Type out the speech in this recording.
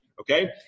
okay